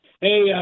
Hey